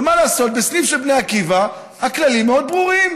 מה לעשות, בסניף של בני עקיבא הכללים מאוד ברורים.